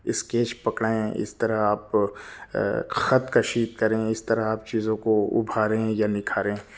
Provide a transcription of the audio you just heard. sketch پکڑیں اس طرح آپ خط کشید کریں اس طرح آپ چیزوں کو ابھاریں یا نکھاریں